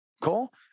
Cool